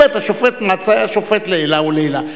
באמת, השופט מצא היה שופט לעילא ולעילא.